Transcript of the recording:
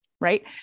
right